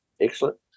Excellent